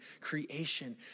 creation